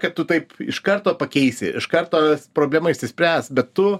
kad tu taip iš karto pakeisi iš karto problema išsispręs bet tu